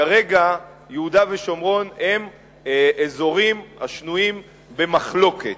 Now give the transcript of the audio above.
כרגע יהודה ושומרון הם אזורים השנויים במחלוקת,